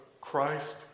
Christ